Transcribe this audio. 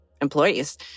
employees